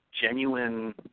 genuine